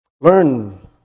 Learn